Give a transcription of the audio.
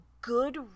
good